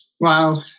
Wow